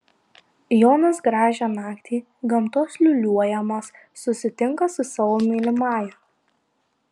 jonas gražią naktį gamtos liūliuojamas susitinka su savo mylimąja